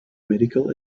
medical